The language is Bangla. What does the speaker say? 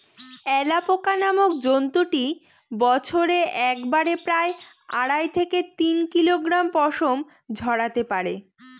অ্যালাপোকা নামক জন্তুটি বছরে একবারে প্রায় আড়াই থেকে তিন কিলোগ্রাম পশম ঝোরাতে পারে